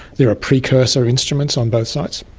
there are precursor instruments on both sites.